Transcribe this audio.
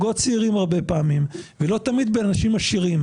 והרבה פעמים מדובר פה בזוגות צעירים ולא תמיד באנשים עשירים,